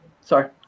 Sorry